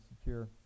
secure